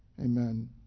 amen